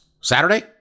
Saturday